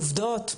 עובדות,